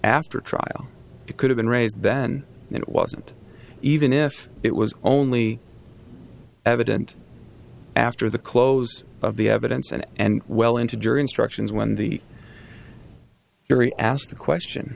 fter trial it could have been raised then and it wasn't even if it was only evident after the close of the evidence and and well into jury instructions when the jury asked the question